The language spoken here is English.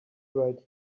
right